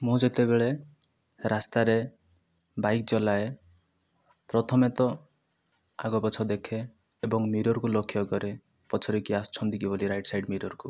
ମୁ ଯେତେବେଳେ ରାସ୍ତାରେ ବାଇକ ଚଲାଏ ପ୍ରଥମେ ତ ଆଗ ପଛ ଦେଖେ ଏବଂ ମିରର୍କୁ ଲକ୍ଷ କରେ ପଛରେ କିଏ ଆସୁଛନ୍ତି କି ବୋଲି ରାଇଟ୍ ସାଇଡ଼୍ ମିରର୍କୁ